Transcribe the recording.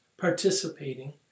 participating